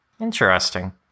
Interesting